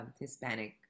Hispanic